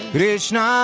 Krishna